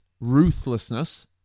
ruthlessness